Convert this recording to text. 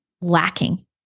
lacking